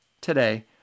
today